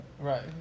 Right